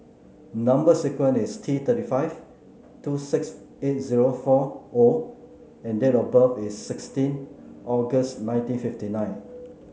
number sequence is T Three five two six eight zero four O and date of birth is sixteen August nineteen fifty nine